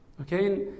okay